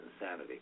insanity